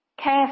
care